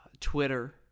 Twitter